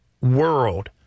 world